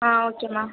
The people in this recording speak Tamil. ஆ ஓகேம்மா